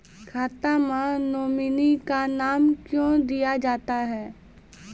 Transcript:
खाता मे नोमिनी का नाम क्यो दिया जाता हैं?